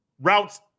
routes